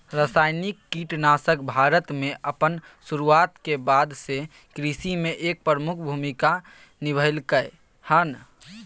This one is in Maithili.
रासायनिक कीटनाशक भारत में अपन शुरुआत के बाद से कृषि में एक प्रमुख भूमिका निभलकय हन